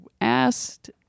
asked